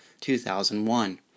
2001